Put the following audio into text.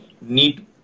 need